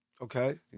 okay